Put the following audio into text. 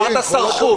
אמרת סרחו.